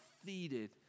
defeated